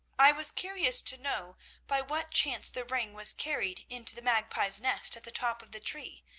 i was curious to know by what chance the ring was carried into the magpie's nest at the top of the tree,